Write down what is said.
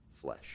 flesh